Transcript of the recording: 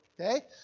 Okay